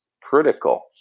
critical